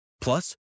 Plus